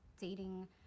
dating